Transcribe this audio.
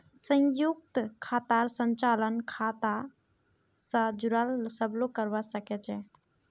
संयुक्त खातार संचालन खाता स जुराल सब लोग करवा सके छै